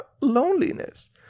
loneliness